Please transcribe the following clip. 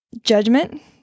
judgment